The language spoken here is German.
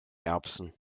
erbsen